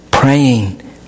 praying